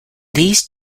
these